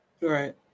Right